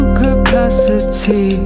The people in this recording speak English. capacity